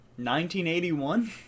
1981